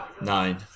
nine